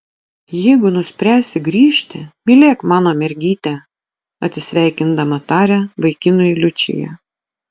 jeigu nuspręsi grįžti mylėk mano mergytę atsisveikindama taria vaikinui liučija